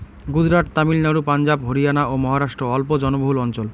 গুজরাট, তামিলনাড়ু, পাঞ্জাব, হরিয়ানা ও মহারাষ্ট্র অল্প জলবহুল অঞ্চল